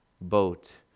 boat